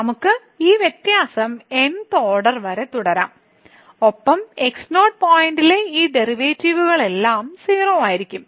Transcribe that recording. നമുക്ക് ഈ വ്യത്യാസം n th ഓർഡർ വരെ തുടരാം ഒപ്പം x0 പോയിന്റിലെ ഈ ഡെറിവേറ്റീവുകളെല്ലാം 0 ആയിരിക്കും